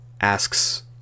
asks